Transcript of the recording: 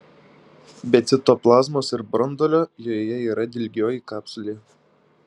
be citoplazmos ir branduolio joje yra dilgioji kapsulė